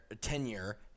tenure